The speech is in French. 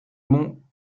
monts